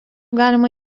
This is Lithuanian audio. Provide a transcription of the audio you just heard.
galima